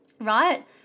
right